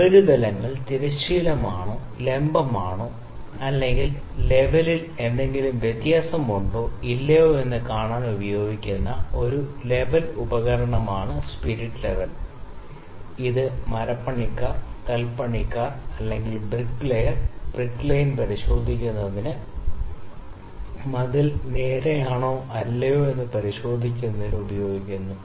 ഉപരിതലങ്ങൾ തിരശ്ചീനമാണോ ലംബമാണോ അല്ലെങ്കിൽ ലെവലിൽ എന്തെങ്കിലും വ്യത്യാസമുണ്ടോ ഇല്ലയോ എന്ന് കാണാൻ ഉപയോഗിക്കുന്ന ഒരു ലെവൽ ഉപകരണമാണ് സ്പിരിറ്റ് ലെവൽ ഇത് മരപ്പണിക്കാർ കൽപ്പണിക്കാർ അല്ലെങ്കിൽ ബ്രിക്ക്ലേയർ ബ്രിക്ക് ലൈൻ പരിശോധിക്കുന്നതിന് മതിൽ നേരെയാണോ ഇല്ലയോ എന്ന് പരിശോധിക്കുന്നതിന് ഉപയോഗിക്കുന്നു